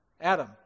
Adam